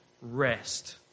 rest